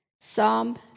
Psalm